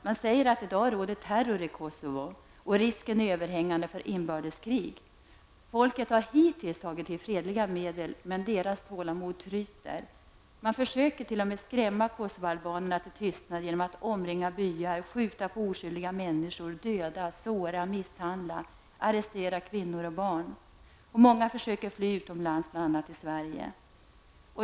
Man säger att i dag råder terror i Kosovo och risken är överhängande för inbördeskrig. Hittills har folk tagit till fredliga medel, men deras tålamod tryter. Man försöker t.o.m. skrämma Kosovoalbanerna till tystnad genom att omringa byar, skjuta på oskyldiga människor, döda, såra, misshandla och arrestera kvinnor och barn. Många försöker fly utomlands, bl.a. till Sverige.